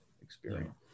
experience